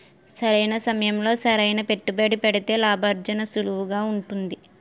సరైన సమయంలో సరైన పెట్టుబడి పెడితే లాభార్జన సులువుగా ఉంటుంది